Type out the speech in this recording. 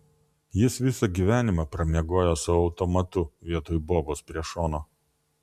jis visą gyvenimą pramiegojo su automatu vietoj bobos prie šono